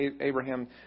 Abraham